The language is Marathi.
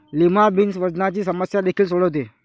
लिमा बीन्स वजनाची समस्या देखील सोडवते